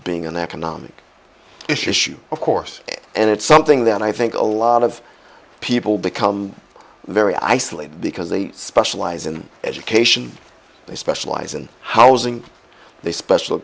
being an economic issue of course and it's something that i think a lot of people become very isolated because they specialize in education they specialize in housing they speciali